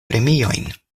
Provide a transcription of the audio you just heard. premiojn